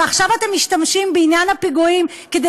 ועכשיו אתם משתמשים בעניין הפיגועים כדי